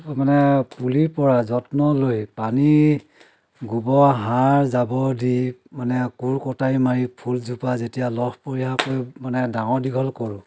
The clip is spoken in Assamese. মানে পুলিৰ পৰা যত্ন লৈ পানী গোৱৰ সাৰ জাৱৰ দি মানে কোৰ কটাৰী মাৰি ফুলজোপা যেতিয়া লহপহীয়াকৈ মানে ডাঙৰ দীঘল কৰোঁ